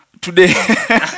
Today